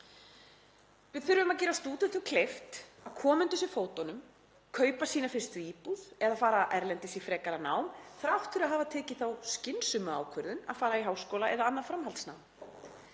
Við þurfum að gera stúdentum kleift að koma undir sig fótunum, kaupa sína fyrstu íbúð eða fara erlendis í frekara nám, þrátt fyrir að hafa tekið þá skynsömu ákvörðun að fara í háskóla eða annað framhaldsnám.